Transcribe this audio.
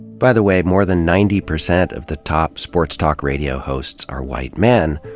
by the way, more than ninety percent of the top sports talk radio hosts are white men.